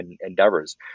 endeavors